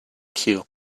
clue